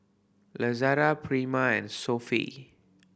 Lazada Prima and Sofy